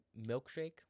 milkshake